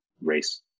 race